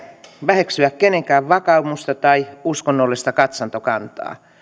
väheksyä kenenkään vakaumusta tai uskonnollista katsantokantaa